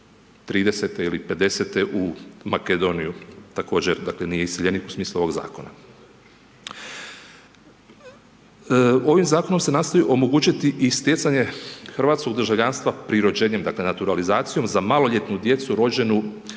30-e ili 50-e u Makedoniju, također dakle nije iseljenik u smislu ovog zakona. Ovim zakonom se nastoji omogućiti i stjecanje hrvatskog državljanstva prirođenjem, dakle, naturalizacijom za maloljetnu djecu rođenu